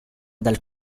dal